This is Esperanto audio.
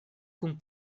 kun